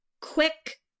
quick